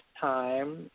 time